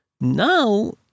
Now